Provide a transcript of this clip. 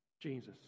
Jesus